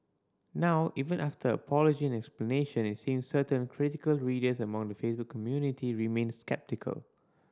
now even after apology and explanation it seems certain critical readers among the Facebook community remained sceptical